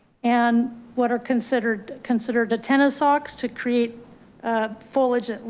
and what are considered considered a tennis socks to create foliage,